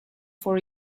for